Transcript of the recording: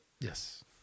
Yes